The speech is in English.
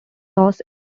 los